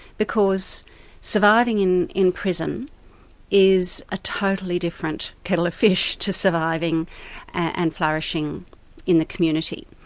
because surviving in in prison is a totally different kettle of fish to surviving and flourishing in the community.